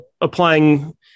applying